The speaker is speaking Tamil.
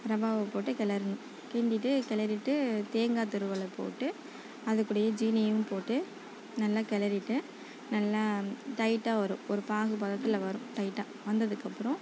ரவாவை போட்டு கிளறணும் கிண்டிட்டு கிளறிட்டு தேங்காய் துருவலை போட்டு அது கூடவே ஜீனியையும் போட்டு நல்லா கிளறிட்டு நல்லா டைட்டாக வரும் ஒரு பாகு பதத்தில் வரும் டைட்டாக வந்ததுக்கு அப்புறம்